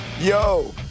Yo